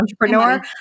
entrepreneur